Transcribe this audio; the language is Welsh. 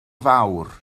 fawr